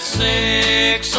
six